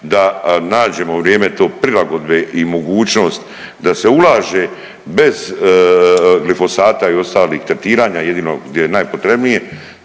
da nađemo vrijeme te prilagodbe i mogućnost da se ulaže bez glifosata i ostalih tretiranja, jedino gdje je najpotrebnije,